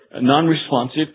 non-responsive